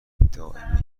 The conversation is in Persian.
دائمی